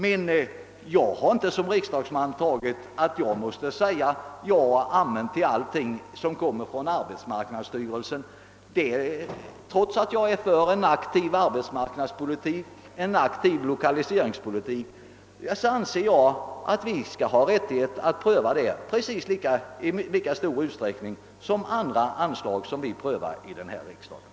Men jag är som riksdagsman inte tvingad att säga ja till alla förslag som kommer från arbetsmarknadsstyrelsen. Trots att jag är anhängare av en aktiv arbetsmarknadsoch lokaliseringspolitik anser jag att vi skall ha rättighet att pröva sådana förslag i lika stor utsträckning som andra förslag som behandlas här i riksdagen.